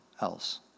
else